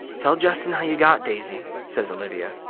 tell justin how you got daisy, says olivia.